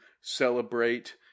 celebrate